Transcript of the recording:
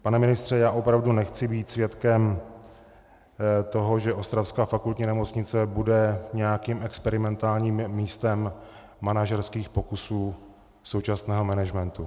Pane ministře, já opravdu nechci být svědkem toho, že ostravská Fakultní nemocnice bude nějakým experimentálním místem manažerských pokusů současného managementu.